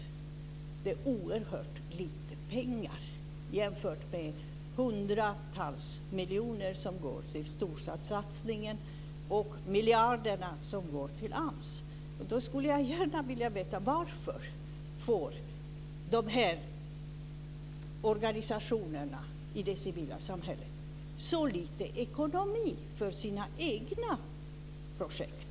Det är oerhört lite pengar jämfört med de hundratals miljoner som går till storstadssatsningen och de miljarder som går till AMS. Jag skulle gärna vilja veta varför de här organisationerna i det civila samhället får så lite ekonomi för sina egna projekt?